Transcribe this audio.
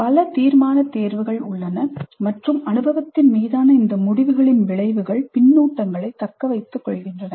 பல தீர்மான தேர்வுகள் உள்ளன மற்றும் அனுபவத்தின் மீதான இந்த முடிவுகளின் விளைவுகள் பின்னூட்டங்களைத் தக்கவைத்துக்கொள்கின்றன